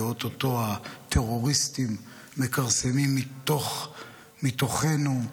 ואו-טו-טו הטרוריסטים מכרסמים בתוכנו,